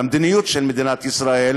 למדיניות של מדינת ישראל,